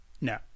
No